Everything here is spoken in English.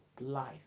life